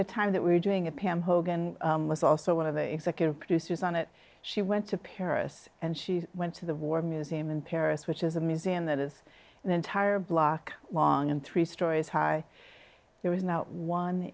the time that we were doing it pam hogan was also one of the executive producers on it she went to paris and she went to the war museum in paris which is a museum that is an entire block long and three stories high there was not one